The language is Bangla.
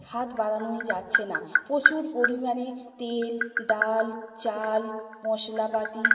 হাত বাড়ানোই যাচ্ছে না প্রচুর পরিমাণে তেল ডাল চাল মশলাপাতি